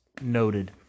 noted